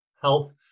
health